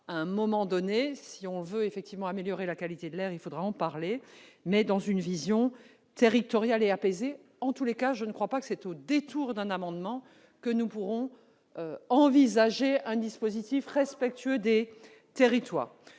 du fret routier. Si l'on veut améliorer la qualité de l'air, il faudra bien évoquer ce sujet un jour, mais dans une vision territoriale et apaisée. En tout état de cause, je ne crois pas que c'est au détour d'un amendement que nous pourrons envisager un dispositif respectueux des territoires.